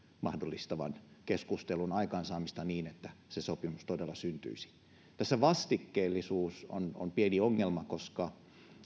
mahdollistavan keskustelun aikaansaamista niin että se sopimus todella syntyisi tässä vastikkeellisuus on on pieni ongelma koska